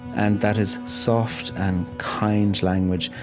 and that is soft and kind language,